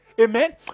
Amen